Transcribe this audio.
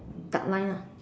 dark line lah